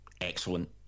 excellent